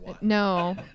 No